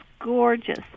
gorgeous